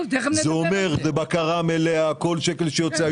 מה שאומר בקרה מלאה על כל שקל שיוצא.